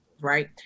Right